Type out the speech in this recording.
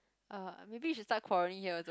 uh maybe you should start quarreling here also